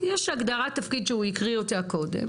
יש הגדרת תפקיד שהוא הקריא אותה קודם.